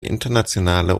internationale